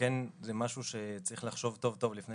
וכן זה משהו שצריך לחשוב טוב טוב לפני